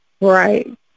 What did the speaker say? right